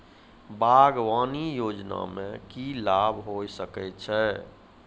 बागवानी योजना मे की लाभ होय सके छै?